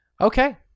Okay